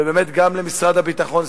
ובאמת גם למשרד הביטחון,